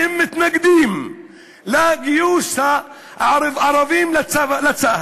שהם מתנגדים לגיוס ערבים לצה"ל.